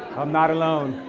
i'm not alone,